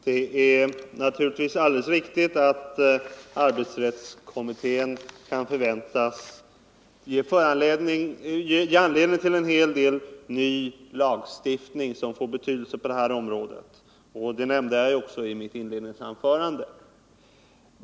Herr talman! Det är naturligtvis alldeles riktigt att arbetsrättskommittén kan förväntas ge anledning till en hel del ny lagstiftning som får betydelse på detta område. Det nämnde jag också i mitt inledningsanförande.